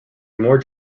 more